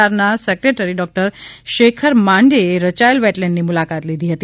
R ના secretary Dr Shekhar માંડેએ રચાયેલ વેટલેન્ડની મુલાકાત લીધી હતી